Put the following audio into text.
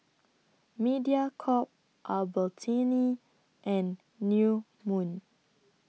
Mediacorp Albertini and New Moon